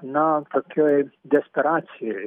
na tokioj desperacijoj